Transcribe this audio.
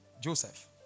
Joseph